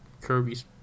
Kirby's